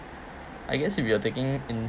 I guess if we are taking